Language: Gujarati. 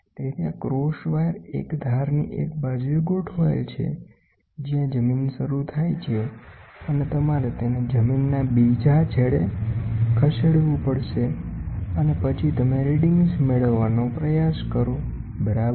તેથી આ ક્રોસ વાયર એક ધારની એક બાજુએ ગોઠવાયેલ છે જ્યાં જમીન શરૂ થાય છે અને તમારે તેને જમીનના બીજા છેડે ખસેડવું પડશે અને પછી તમે રીડિંગ્સ મેળવવાનો પ્રયાસ કરો બરાબર